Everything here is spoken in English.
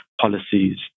policies